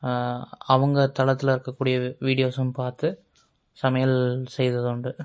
அவங்க தளத்தில் இருக்க கூடிய வீடியோஸும் பார்த்து சமையல் செய்யறதுண்டு